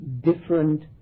different